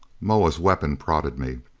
moa's weapon prodded me.